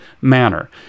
manner